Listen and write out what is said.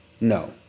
no